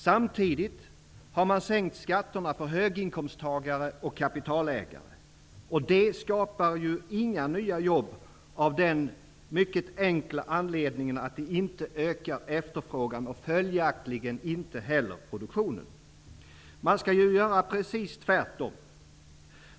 Samtidigt har man sänkt skatterna för höginkomsttagare och kapitalägare. Det skapar inga nya jobb av den mycket enkla anledningen att det inte ökar efterfrågan och följaktligen inte heller produktionen. Man skall ju göra precis tvärtom.